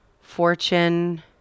Fortune